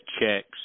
checks